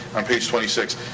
on page twenty six,